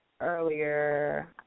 Earlier